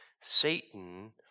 Satan